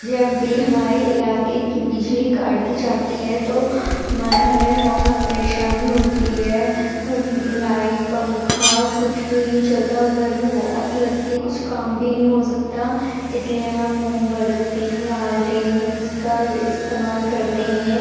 جب بھی ہمارے علاقے کی بجلی کاٹ دی جاتی ہے تو ہمیں ہمیں بہت پریشانی ہوتی ہے لائٹ پنکھا کچھ بھی نہیں چلتا اور گرمی بہت لگتی ہے کچھ کام بھی نہیں ہو سکتا اس لیے ہم موم بتی لالٹین اس کا استعمال کرتے ہیں